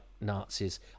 Nazis